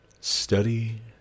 Study